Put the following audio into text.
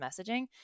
messaging